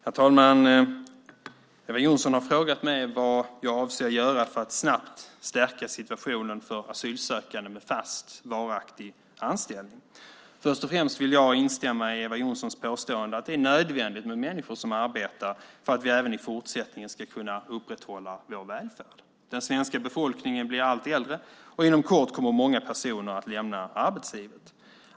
Herr talman! Eva Johnsson har frågat mig vad jag avser att göra för att snabbt förbättra situationen för asylsökande med fast, varaktig anställning. Först och främst vill jag instämma i Eva Johnssons påstående att det är nödvändigt med människor som arbetar för att vi även i fortsättningen ska kunna upprätthålla vår välfärd. Den svenska befolkningen blir allt äldre, och inom kort kommer många personer att lämna arbetslivet.